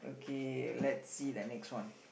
okay let's see the next one